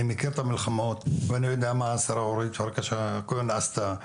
אני מכיר את המלחמות ואני יודע מה השרה אורית פרקש הכהן עשתה,